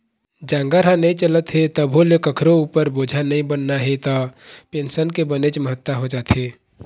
जांगर ह नइ चलत हे तभो ले कखरो उपर बोझा नइ बनना हे त पेंसन के बनेच महत्ता हो जाथे